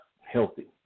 healthy